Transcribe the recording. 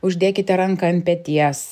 uždėkite ranką ant peties